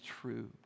true